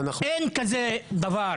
אין כזה דבר.